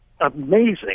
amazing